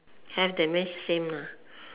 have that means same lah